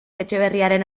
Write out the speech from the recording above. etxeberriaren